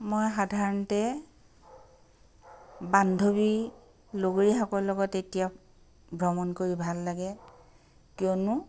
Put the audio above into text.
মই সাধাৰণতে বান্ধৱী লগৰীয়াসকলৰ লগত এতিয়াও ভ্ৰমণ কৰি ভাল লাগে কিয়নো